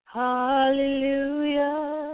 hallelujah